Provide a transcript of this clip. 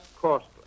costly